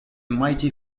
mighty